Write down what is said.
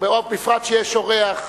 בפרט שיש אורח.